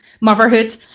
motherhood